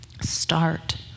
Start